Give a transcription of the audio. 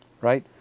right